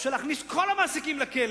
אפשר להכניס את כל המעסיקים לכלא,